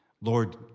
Lord